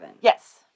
Yes